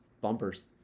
bumpers